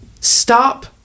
Stop